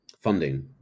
funding